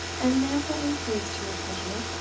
and an ample increase to your treasure,